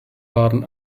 waren